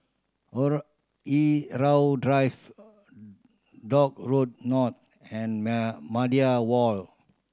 Irau Drive Dock Road North and Media